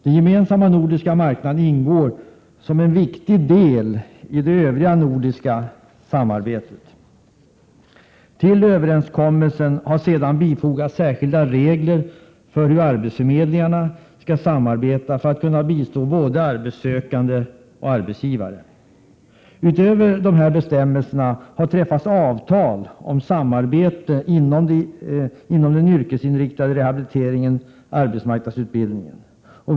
Den gemensamma nordiska marknaden ingår som en viktig del i det nordiska samarbetet. Till överenskommelsen har sedan fogats särskilda regler för hur arbetsförmedlingarna skall samarbeta för att kunna bistå både arbetssökande och arbetsgivare. Utöver dessa bestämmelser har träffats avtal om samarbete inom den yrkesinriktade rehabiliteringen och arbetsmarknadsutbildningen.